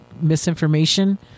misinformation